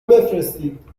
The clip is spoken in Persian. بفرستید